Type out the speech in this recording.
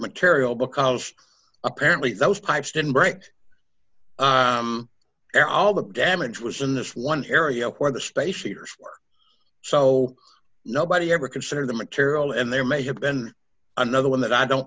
material because apparently those pipes didn't break there all the damage was in this one area where the spatial years were so nobody ever considered the material and there may have been another one that i don't